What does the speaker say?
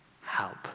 help